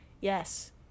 Yes